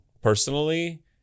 personally